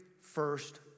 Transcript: first